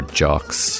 jocks